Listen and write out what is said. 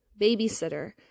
babysitter